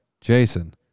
Jason